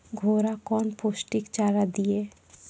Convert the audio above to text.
घोड़ा कौन पोस्टिक चारा दिए?